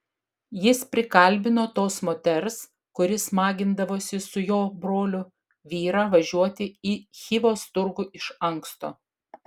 jis prikalbino tos moters kuri smagindavosi su jo broliu vyrą važiuoti į chivos turgų iš anksto